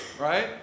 right